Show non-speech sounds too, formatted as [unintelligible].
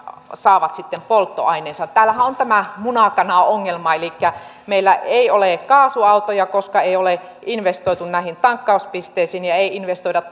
saavat sitten polttoaineensa täällähän on tämä muna kana ongelma elikkä meillä ei ole kaasuautoja koska ei ole investoitu näihin tankkauspisteisiin ja ei investoida [unintelligible]